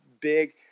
big